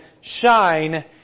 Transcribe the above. shine